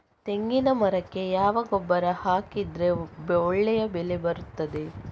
ತೆಂಗಿನ ಮರಕ್ಕೆ ಯಾವ ಗೊಬ್ಬರ ಹಾಕಿದ್ರೆ ಒಳ್ಳೆ ಬೆಳೆ ಬರ್ತದೆ?